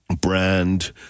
brand